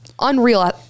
unreal